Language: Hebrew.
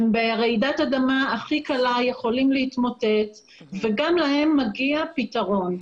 ברעידת האדמה הכי קלה יכולים להתמוטט וגם להם מגיע פתרון.